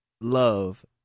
Love